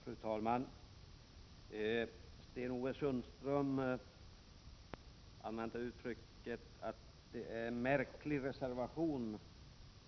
Fru talman! Sten-Ove Sundström sade att reservation 4 är en märklig reservation.